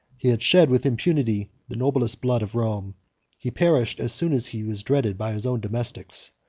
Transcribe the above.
he had shed with impunity the noblest blood of rome he perished as soon as he was dreaded by his own domestics.